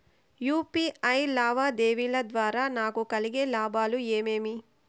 UPI లావాదేవీల ద్వారా నాకు కలిగే లాభాలు ఏమేమీ?